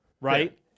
Right